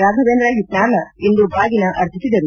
ರಾಘವೇಂದ್ರ ಹಿಟ್ನಾಳ ಇಂದು ಬಾಗಿನ ಅರ್ಪಿಸಿದರು